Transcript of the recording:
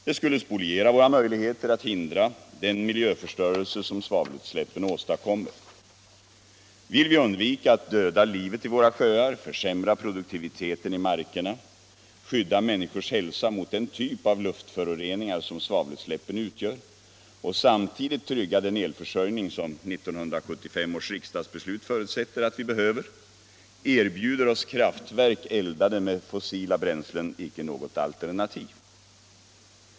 Det skulle spoliera våra möjligheter att hindra den miljöförstörelse som svavelutsläppen åstadkommer. Vill vi undvika att döda livet i våra sjöar, försämra produktiviteten i markerna, skydda människors hälsa mot den typ av luftföroreningar som svavelutsläppen utgör och samtidigt trygga den elförsörjning som 1975 års riksdagsbeslut förutsätter att vi behöver, erbjuder oss kraftverk eldade med fossila bränslen icke något alternativ.